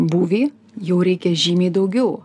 būvį jau reikia žymiai daugiau